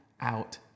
out